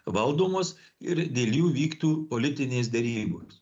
valdomos ir dėl jų vyktų politinės derybos